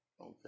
Okay